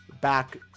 back